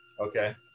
okay